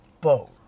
boat